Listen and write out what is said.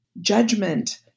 judgment